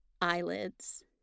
eyelids